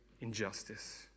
injustice